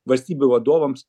valstybių vadovams